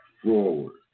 forward